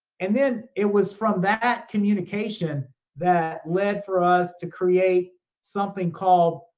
and then it was from that communication that led for us to create something called,